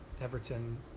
Everton